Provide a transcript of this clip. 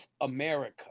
America